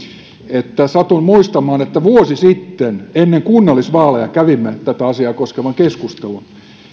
että satun muistamaan että vuosi sitten ennen kunnallisvaaleja kävimme tätä asiaa koskevan keskustelun